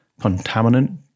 contaminant